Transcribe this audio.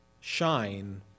shine